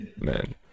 Man